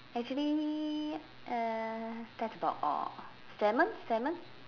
actually uh that's about all salmon salmon